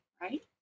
right